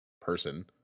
person